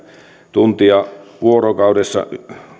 tuntia vuorokaudessa